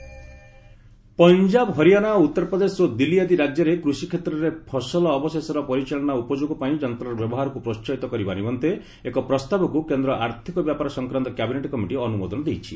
CCEA ଏଗ୍ରି ପଞ୍ଜାବ ହରିଆଣା ଉତ୍ତରପ୍ରଦେଶ ଓ ଦିଲ୍ଲୀ ଆଦି ରାଜ୍ୟରେ କୁଷିକ୍ଷେତ୍ରରେ ଫସଲର ଅବଶେଷର ପରିଚାଳନା ଓ ଉପଯୋଗ ପାଇଁ ଯନ୍ତ୍ରର ବ୍ୟବହାରକୁ ପ୍ରୋସାହିତ କରିବା ନିମନ୍ତେ ଏକ ପ୍ରସ୍ତାବକୁ କେନ୍ଦ୍ର ଆର୍ଥିକ ବ୍ୟାପାର ସଂକ୍ରାନ୍ତ କ୍ୟାବିନେଟ୍ କମିଟି ଅନୁମୋଦନ ଦେଇଛି